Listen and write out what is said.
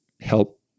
help